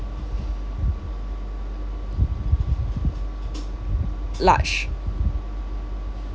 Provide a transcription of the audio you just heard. large